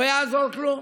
לא יעזור כלום.